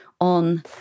on